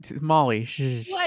molly